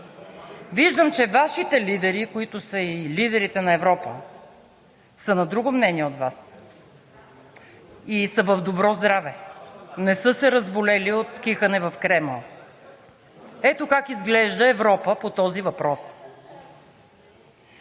Виждам, че Вашите лидери, които са и лидери на Европа, са на друго мнение от Вас и са в добро здраве – не са се разболели от кихане в Кремъл! Ето как изглежда Европа по този въпрос: